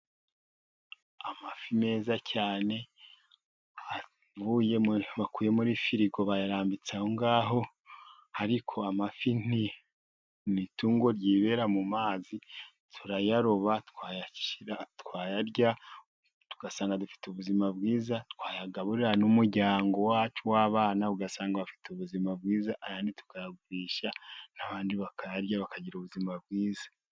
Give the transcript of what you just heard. Amafi meza cyane bakuye muri firigo bayarambitse aho ngaho, ariko amafi ni itungo ryibera mu mazi. Turayaroba twayarya tugasanga dufite ubuzima bwiza, twayagaburira n'umuryango wacu w'abana, ugasanga bafite ubuzima bwiza, ayandi tukayagurisha n'abandi bakayarya bakagira ubuzima bwiza.